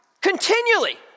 Continually